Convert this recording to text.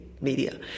media